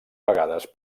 vegades